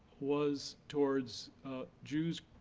was towards jews,